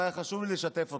אבל היה חשוב לי לשתף אתכם.